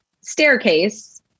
staircase